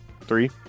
three